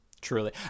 truly